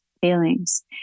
feelings